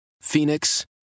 Phoenix